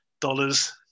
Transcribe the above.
dollars